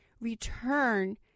Return